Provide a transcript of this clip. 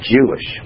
Jewish